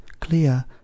clear